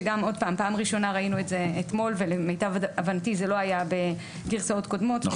שפעם ראשונה ראינו את זה אתמול ולמיטב הבנתי זה לא היה בגרסאות קודמות.